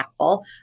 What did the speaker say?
impactful